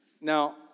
Now